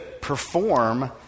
perform